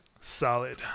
Solid